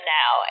now